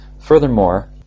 Furthermore